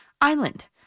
island